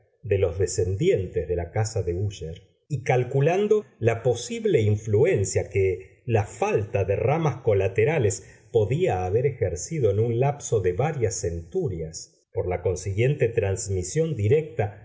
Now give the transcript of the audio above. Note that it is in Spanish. de los descendientes de la casa de úsher y calculando la posible influencia que la falta de ramas colaterales podía haber ejercido en un lapso de varias centurias por la consiguiente transmisión directa